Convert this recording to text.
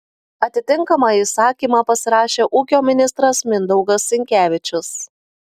atitinkamą įsakymą pasirašė ūkio ministras mindaugas sinkevičius